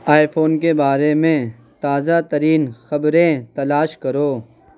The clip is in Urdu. آئی فون کے بارے میں تازہ ترین خبریں تلاش کرو